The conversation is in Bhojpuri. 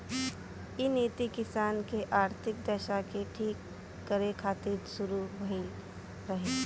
इ नीति किसान के आर्थिक दशा के ठीक करे खातिर शुरू भइल रहे